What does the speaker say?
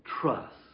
trust